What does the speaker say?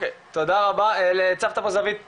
תודה רבה, הצגת פה זווית נכונה,